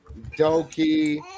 Doki